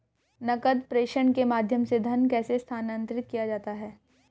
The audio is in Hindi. नकद प्रेषण के माध्यम से धन कैसे स्थानांतरित किया जाता है?